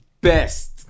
best